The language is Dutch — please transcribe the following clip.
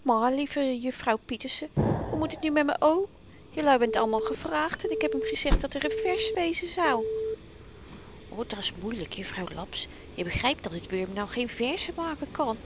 maar lieve jufvrouw pieterse hoe moet het nu met m'n oom jelui bent allemaal gevraagd en ik heb m gezegd dat er een vers wezen zou dat s moeielyk jufvrouw laps je begrypt dat het wurm nu geen verzen maken kan